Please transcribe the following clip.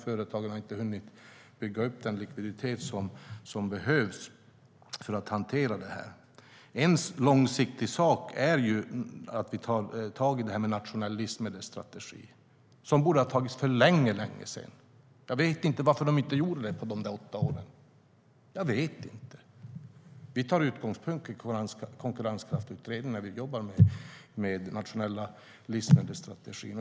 Företagen har inte hunnit bygga upp den likviditet som behövs för att hantera detta. En långsiktig sak som vi tar tag i är en nationell livsmedelsstrategi, vilket man borde ha gjort för länge sedan. Jag vet inte varför alliansregeringen inte gjorde det på de åtta åren. Vi har Konkurrenskraftsutredningen som utgångspunkt när vi jobbar med nationella livsmedelsstrategin.